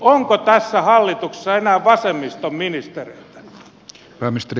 onko tässä hallituksessa enää vasemmiston ministereitä